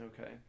Okay